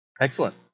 excellent